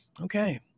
Okay